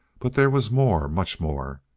but there was more much more.